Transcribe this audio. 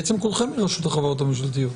בעצם כולכם מרשות החברות הממשלתיות,